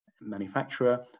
manufacturer